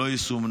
לא יסומנו.